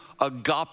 agape